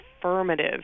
affirmative